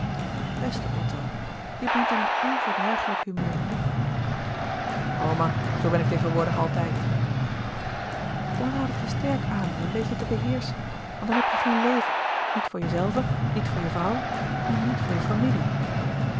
beste otto je bent in een onverdragelijk humeur oma zoo ben ik tegenwoordig altijd dan raad ik je sterk aan je een beetje te beheerschen want dan heb je geen leven niet voor jezelven niet voor je vrouw en niet voor je familie